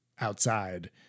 outside